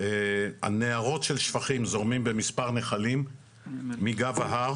נהרות של שפכים זורמים במספר נחלים מגב ההר